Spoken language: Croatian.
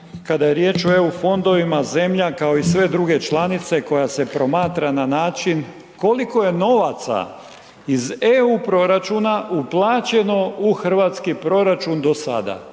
kada je riječ o EU fondovima, zemlja kao i sve druge članice koja se promatra na način koliko je novaca iz EU proračuna uplaćeno u hrvatski proračun do sada,